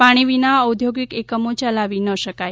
પાણી વિના ઔદ્યોગિક એકમો ચલાવી ન શકાય